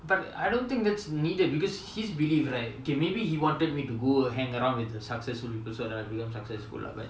but I don't think that's needed because his believe right okay maybe he wanted me to go hang around with the successful people so that I become successful lah but